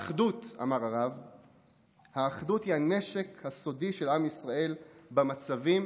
הרב אמר: "האחדות היא הנשק הסודי של עם ישראל במצבים